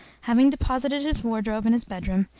having deposited his wardrobe in his bedroom,